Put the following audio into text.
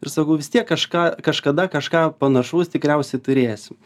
ir sakau vis tiek kažką kažkada kažką panašaus tikriausiai turėsim